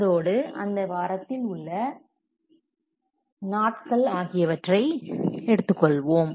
அதோடு அந்த வாரத்தில் உள்ள நாட்கள் ஆகியவற்றை எடுத்துக்கொள்வோம்